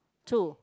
two